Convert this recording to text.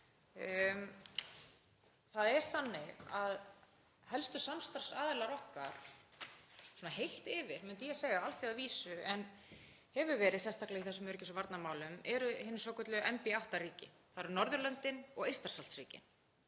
Það er þannig að helstu samstarfsaðilar okkar, svona heilt yfir, myndi ég segja, á alþjóðavísu en hafa verið sérstaklega í þessum öryggis- og varnarmálum, eru hin svokölluðu NB8-ríki, þ.e. Norðurlöndin og Eystrasaltsríkin.